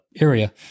area